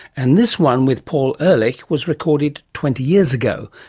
and this one, with paul ehrlich, was recorded twenty years ago,